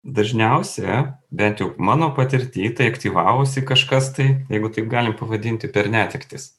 dažniausia bent jau mano patirty tai aktyvavosi kažkas tai jeigu taip galim pavadinti per netektis